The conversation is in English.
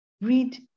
Read